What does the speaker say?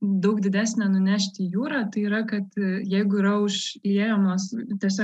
daug didesnę nunešti į jūrą tai yra kad jeigu yra užliejamos tiesiog